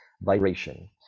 vibration